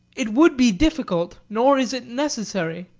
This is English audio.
it would be difficult, nor is it necessary,